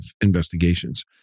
investigations